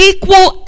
equal